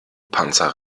panzer